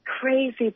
crazy